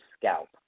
scalp